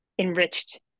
Enriched